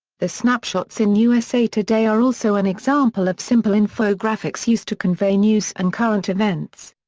the snapshots in usa today are also an example of simple infographics used to convey news and current events.